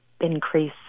increase